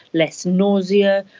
less nausea,